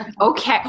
Okay